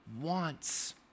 wants